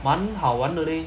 满好玩的 leh